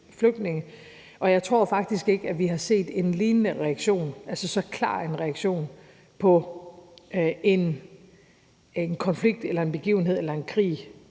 og jeg tror faktisk ikke, vi har set en lignende klar reaktion på en konflikt, en begivenhed eller en krig